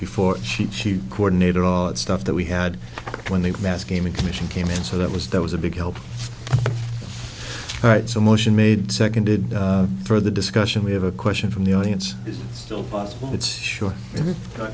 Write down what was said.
before she chief coordinator all that stuff that we had when the mass gaming commission came in so that was that was a big help right so motion made seconded for the discussion we have a question from the audience it's still